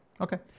Okay